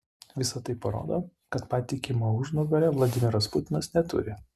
visa tai parodo kad patikimo užnugario vladimiras putinas neturi